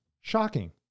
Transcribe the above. Shocking